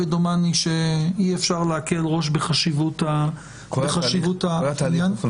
ודומני שאי אפשר להקל ראש בחשיבות העניין --- כל התהליך,